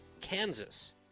Kansas